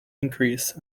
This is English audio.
increase